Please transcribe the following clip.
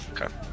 okay